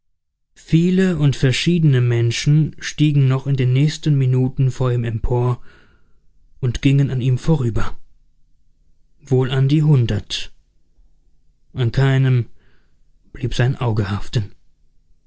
viele und verschiedene menschen stiegen noch in den nächsten minuten vor ihm empor und gingen an ihm vorüber wohl an die hundert an keinem blieb sein auge haften